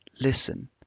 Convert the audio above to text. Listen